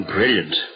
brilliant